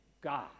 God